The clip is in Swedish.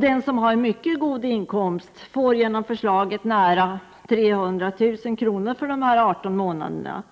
Den som har mycket god inkomst får genom förslaget nära 300 000 kr. under de 18 månaderna.